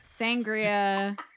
Sangria